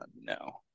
no